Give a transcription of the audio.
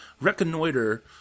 reconnoiter